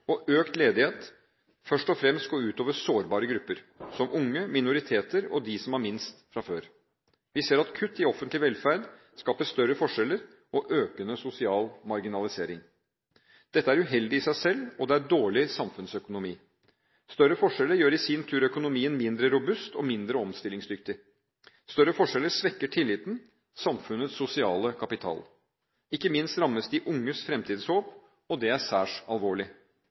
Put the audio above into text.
og økt ledighet først og fremst går ut over sårbare grupper, som unge, minoriteter og dem som har minst fra før. Vi ser at kutt i offentlig velferd skaper større forskjeller og økende sosial marginalisering. Dette er uheldig i seg selv, og det er dårlig samfunnsøkonomi. Større forskjeller gjør i sin tur økonomien mindre robust og mindre omstillingsdyktig. Større forskjeller svekker tilliten, samfunnets sosiale kapital. Ikke minst rammes de unges fremtidshåp – og det er særs alvorlig.